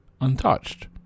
untouched